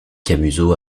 camusot